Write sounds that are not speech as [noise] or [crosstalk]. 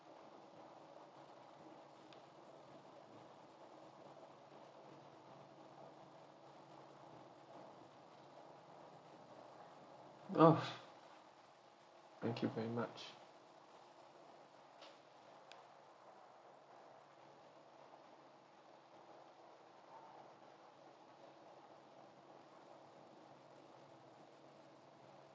oh [noise] thank you very much